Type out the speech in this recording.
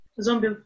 zombie